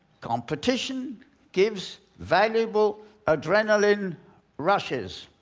competition gives valuable adrenaline rushes.